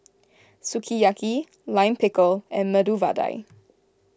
Sukiyaki Lime Pickle and Medu Vada